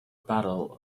battle